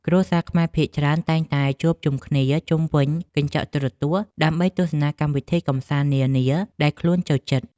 គ្រួសារខ្មែរភាគច្រើនតែងតែជួបជុំគ្នាជុំវិញកញ្ចក់ទូរទស្សន៍ ដើម្បីទស្សនាកម្មវិធីកម្សាន្តនានាដែលខ្លួនចូលចិត្ត។